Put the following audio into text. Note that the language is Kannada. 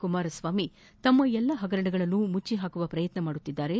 ಕುಮಾರಸ್ವಾಮಿ ತಮ್ಮ ಎಲ್ಲಾ ಹಗರಣಗಳನ್ನು ಮುಚ್ಚಿಡುವ ಪ್ರಯತ್ನ ನಡೆಸುತ್ತಿದ್ದಾರೆ